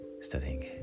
studying